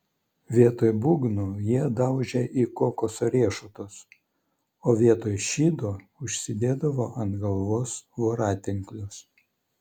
vietoj būgnų jie daužė į kokoso riešutus o vietoj šydo užsidėdavo ant galvos voratinklius